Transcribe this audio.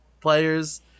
players